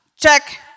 check